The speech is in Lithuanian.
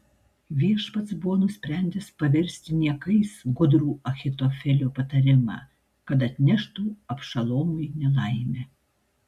viešpats buvo nusprendęs paversti niekais gudrų ahitofelio patarimą kad atneštų abšalomui nelaimę